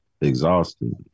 exhausted